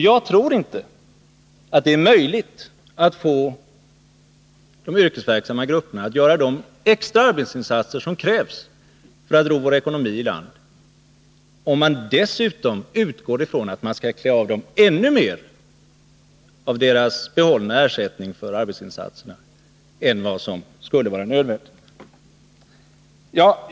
Jag tror inte att det är möjligt att få de yrkesverksamma grupperna att göra de extra arbetsinsatser som krävs för att ro vår ekonomi i hamn, om man utgår ifrån att man skall klä av dem ännu mer och ta mer av deras behållna ersättning för arbetsinsatserna än vad som skulle vara nödvändigt.